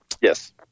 Yes